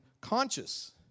conscious